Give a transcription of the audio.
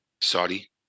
Saudi